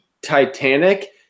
titanic